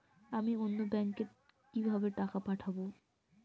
আমি অন্য ব্যাংকে কিভাবে টাকা পাঠাব?